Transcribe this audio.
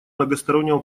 многостороннего